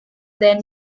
their